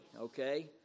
okay